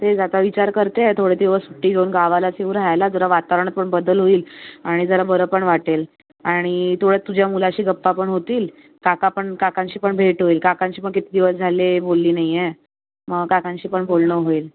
तेच आता विचार करते आहे थोडे दिवस सुट्टी घेऊन गावालाच येऊ राहायला जरा वातावरणात पण बदल होईल आणि जरा बरं पण वाटेल आणि तेवढ्याच तुझ्या मुलाशी गप्पा पण होतील काका पण काकांशी पण भेट होईल काकांशी पण किती दिवस झाले बोलले नाही आहे मग काकांशी पण बोलणं होईल